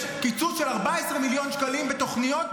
יש קיצוץ של 14 מיליון שקלים בתוכניות,